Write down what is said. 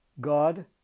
God